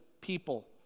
people